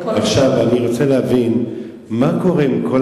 עכשיו אני רוצה להבין מה קורה עם כל